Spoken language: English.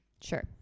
Sure